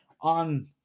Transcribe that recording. on